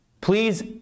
Please